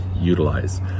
utilize